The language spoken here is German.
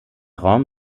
raum